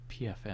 PFM